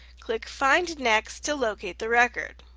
click find next to locate the record.